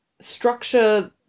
structure